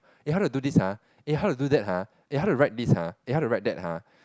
eh how to do this !huh! how to do that !huh! how to write this !huh! how to write that !huh!